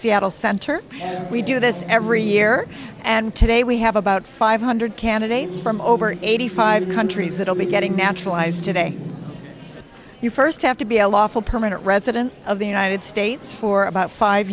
seattle center and we do this every year and today we have about five hundred candidates from over eighty five countries that will be getting naturalized today you first have to be a lawful permanent resident of the united states for about five